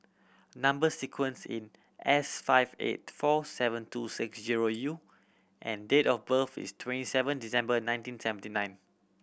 number sequence in S five eight four seven two six zero U and date of birth is twenty seven December nineteen seventy nine